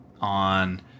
on